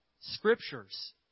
scriptures